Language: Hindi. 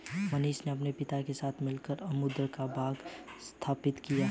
मनीषा ने अपने पति के साथ मिलकर अमरूद का बाग स्थापित किया